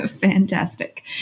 Fantastic